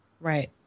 right